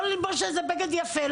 לא ללבוש איזה בגד יפה,